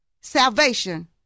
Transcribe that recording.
salvation